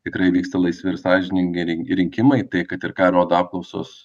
tikrai vyksta laisvi ir sąžiningi rinkimai tai kad ir ką rodo apklausos